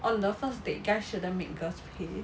on the first date guys shouldn't make girls pay